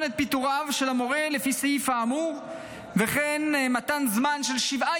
את פיטוריו של המורה לפי הסעיף האמור וכן מתן זמן של שבעה